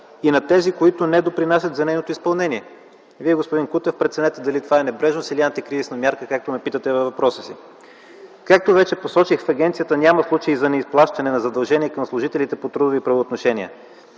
и на тези, които не допринасят за нейното изпълнение. Вие, господин Кутев, преценете дали това е небрежност или антикризисна мярка, както ме питате във въпроса си. Както вече посочих, в агенцията няма случай за неизплащане на задължения към служителите по трудови правоотношения.